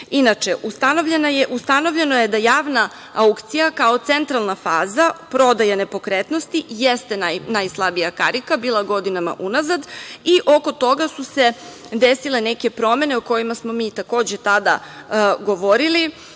uveče. Inače, ustanovljeno je da javna aukcija, kao centralna faza prodaje nepokretnosti jeste najslabija karika bila godinama unazad i oko toga su se desile neke promene o kojima smo mi takođe tada govorili,